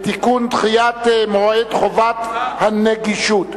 (תיקון, דחיית מועד חובת הנגישות).